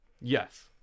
Yes